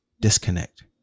disconnect